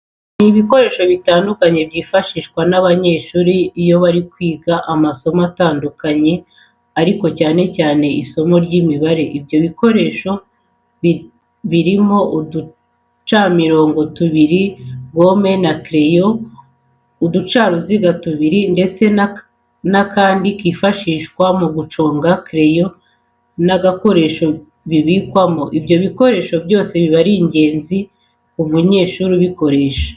Ni ibikoresho bitandukanye byifashishwa n'abanyeshuri iyo bari kwiga amasomo atandukanye ariko cyane cyane isimo ry'Imibare. ibyo bikoresho birimo uducamirongo tubiri, gome, kereyo, uducaruziga tubiri ndetse n'akandi kifashishwa mu guconga kereyo n'agakoresho bibikwamo. Ibyo bikoresho byose bikaba ari ingenzi ku munyeshuri ubikoresha.